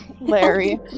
Larry